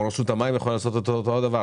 פה רשות המים יכולה לעשות אותו דבר.